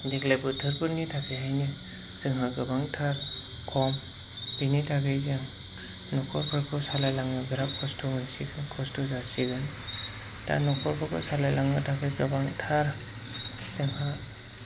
देग्लाय बोथोरफोरनि थाखैहायनो जोंहा गोबांथार खम बिनि थाखाय जों न'खरफोरखौ सालायलांनो बिरैद खस्थ' जासिगोन दा न'खरफोरखौ सालायलांनो थाखाय गोबांथार जोंहा